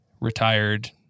retired